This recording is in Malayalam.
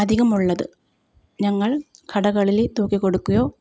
അധികമുള്ളത് ഞങ്ങൾ കടകളിൽ തൂക്കി കൊടുക്കുകയോ